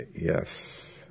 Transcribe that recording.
yes